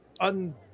Un